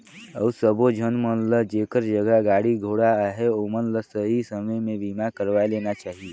अउ सबो झन मन ल जेखर जघा गाड़ी घोड़ा अहे ओमन ल सही समे में बीमा करवाये लेना चाहिए